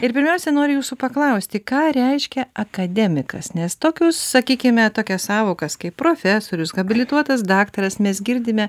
ir pirmiausia noriu jūsų paklausti ką reiškia akademikas nes tokius sakykime tokias sąvokas kaip profesorius habilituotas daktaras mes girdime